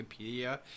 Wikipedia